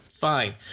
Fine